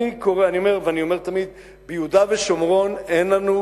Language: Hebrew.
אני תמיד אומר: ביהודה ושומרון אין לנו